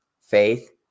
faith